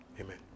Amen